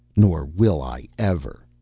nor will i ever.